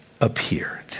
appeared